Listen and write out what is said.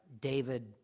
David